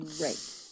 Right